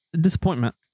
Disappointment